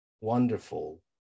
wonderful